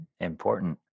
Important